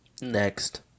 Next